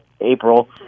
April